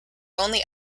only